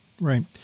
Right